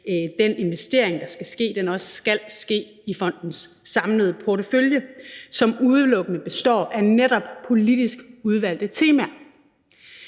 den investering, der skal ske, også skal ske i fondens samlede portefølje, som udelukkende består af netop politisk udvalgte temaer.